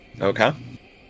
Okay